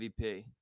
MVP